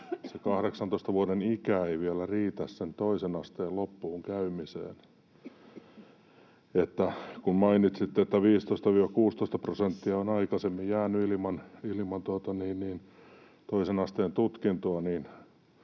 18 vuoden ikä ei vielä riitä sen toisen asteen loppuun käymiseen. Kun mainitsitte, että 15—16 prosenttia on aikaisemmin jäänyt ilman toisen asteen tutkintoa,